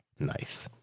nice.